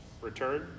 return